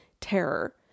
terror